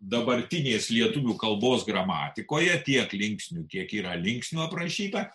dabartinės lietuvių kalbos gramatikoje tiek linksnių kiek yra linksnių aprašyta